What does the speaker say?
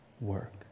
work